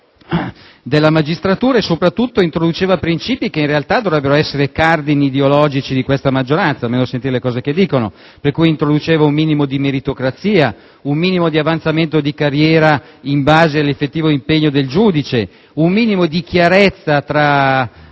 al mondo della magistratura e soprattutto introduceva princìpi che in realtà dovrebbero essere cardini ideologici di questa maggioranza, almeno a sentire le cose che dice, introducendo un minimo di meritocrazia, un minimo di avanzamento di carriera in base all'effettivo impegno del giudice, un minimo di chiarezza nella